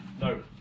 No